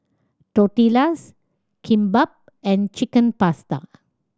Tortillas Kimbap and Chicken Pasta